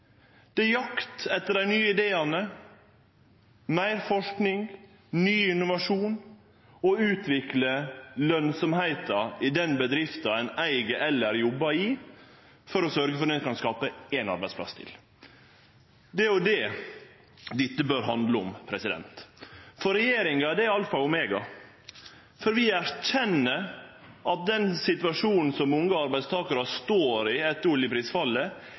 det er jakt etter dei nye ideane, meir forsking, ny innovasjon og å utvikle lønsemda i den bedrifta ein eig eller jobbar i for å sørgje for at ein kan skape ein arbeidsplass til. Det er det dette bør handle om. For regjeringa er det alfa og omega, for vi erkjenner at den situasjonen som unge arbeidstakarar står i etter oljeprisfallet,